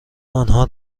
آنها